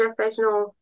gestational